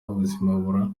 ubuzima